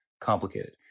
complicated